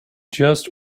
just